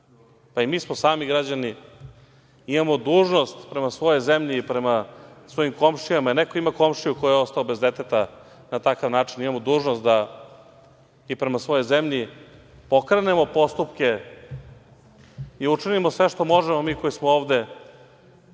pa i mi smo sami građani, imamo dužnost prema svojoj zemlji i prema svojim komšijama. Neko ima komšiju koji je ostao bez deteta na takav način. Imamo dužnost da i prema svojoj zemlji pokrenemo postupke i učinimo sve što možemo mi koji smo ovde